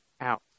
out